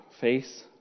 face